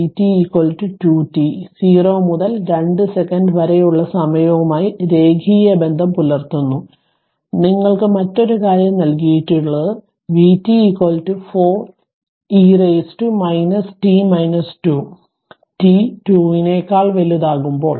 vt 2t 0 മുതൽ 2 second വരെയുള്ള സമയവുമായി രേഖീയ ബന്ധം പുലർത്തുന്നു നിങ്ങൾക്കു മറ്റൊരു കാര്യം നല്കിയിട്ടുള്ളത് vt 4 e power t 2 t 2 നേക്കാൾ വലുതാകുമ്പോൾ